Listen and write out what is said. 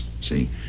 see